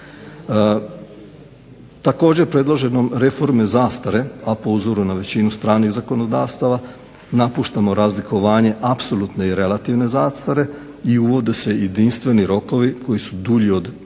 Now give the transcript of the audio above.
Također predložene reforme zastare, a po uzoru na većinu stranih zakonodavstava napuštamo razlikovanje apsolutne i relativne zastare i uvode se jedinstveni rokovi koji su dulji od